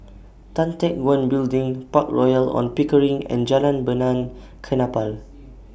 Tan Teck Guan Building Park Royal on Pickering and Jalan Benaan Kapal